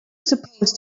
supposed